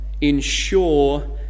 Ensure